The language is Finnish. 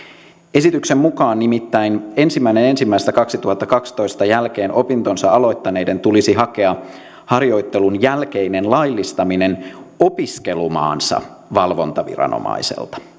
esityksen mukaan nimittäin ensimmäinen ensimmäistä kaksituhattakaksitoista jälkeen opintonsa aloittaneiden tulisi hakea harjoittelun jälkeinen laillistaminen opiskelumaansa valvontaviranomaiselta